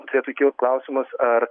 turėtų kilt klausimas ar